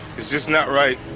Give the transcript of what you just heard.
it's just not right.